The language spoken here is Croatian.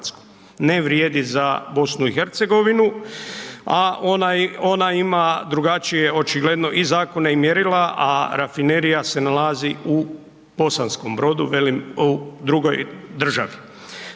ne vrijedi za BiH, a ona ima drugačije, očigledno, i zakone i mjerila, a rafinerija se nalazi u Bosanskom Brodu, velim, u drugoj državi.